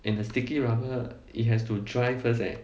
and the sticky rubber it has to dry first leh